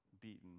beaten